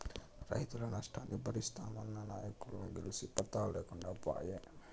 రైతుల నష్టాన్ని బరిస్తామన్న నాయకులు గెలిసి పత్తా లేకుండా పాయే